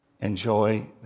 Enjoy